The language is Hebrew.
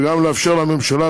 וגם לאפשר לממשלה,